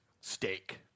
steak